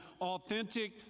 authentic